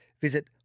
Visit